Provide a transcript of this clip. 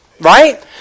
Right